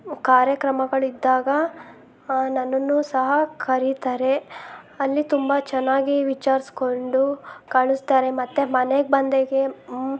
ಕಾರ್ಯಕ್ರಮಗಳಿದ್ದಾಗ ನನ್ನನ್ನೂ ಸಹ ಕರೀತಾರೆ ಅಲ್ಲಿ ತುಂಬ ಚೆನ್ನಾಗಿ ವಿಚಾರಿಸ್ಕೊಂಡು ಕಳಿಸ್ತಾರೆ ಮತ್ತು ಮನೆಗೆ ಬಂದಾಗ